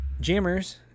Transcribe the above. Jammers